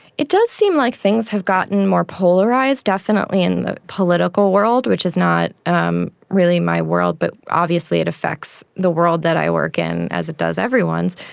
it does seem like things have gotten more polarised, definitely in the political world, which is not um really my world but obviously it affects the world that i work in, as it does everyone's.